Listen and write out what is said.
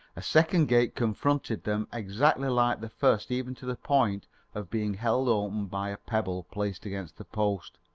a second gate confronted them exactly like the first even to the point of being held open by a pebble placed against the post.